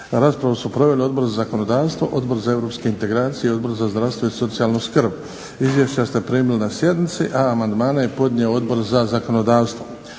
Raspravu su proveli Odbor za zakonodavstvo, Odbor za europske integracije, Odbor za zdravstvo i socijalnu skrb. Izvješća ste primili na sjednici, a amandmane je podnio Odbor za zakonodavstvo.